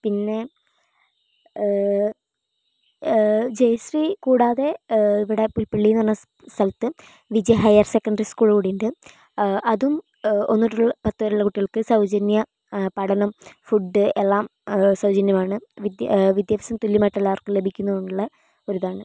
പിന്നെ ജയശ്രീ കൂടാതെ ഇവിടെ പുൽപള്ളിയെന്നു പറഞ്ഞ സ്ഥലത്തു വിജയ ഹയർ സെക്കൻഡറി സ്കൂൾ കൂടി ഉണ്ട് അതും ഒന്നു തൊട്ട് പത്തു വരെയുള്ള കുട്ടികൾക്ക് സൗജന്യ പഠനം ഫുഡ് എല്ലാം സൗജന്യമാണ് വിദ്യാഭ്യാസം തുല്യമായിട്ട് എല്ലാർക്കും ലഭിക്കുന്നു എന്നുള്ള ഒരു ഇതാണ്